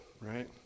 right